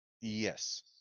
yes